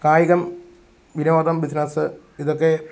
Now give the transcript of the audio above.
കായികം വിനോദം ബിസ്നസ്സ് ഇതൊക്കെ